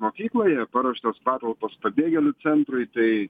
mokykloje paruoštas patalpos pabėgėlių centrui tai